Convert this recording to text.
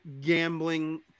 gambling